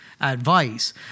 advice